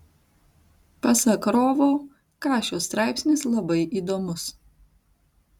pasak rovo kašio straipsnis labai įdomus